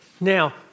Now